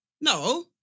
No